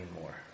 more